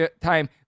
time